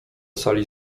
sali